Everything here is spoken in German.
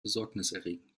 besorgniserregend